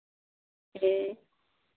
ᱦᱮᱸ